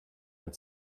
ein